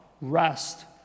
rest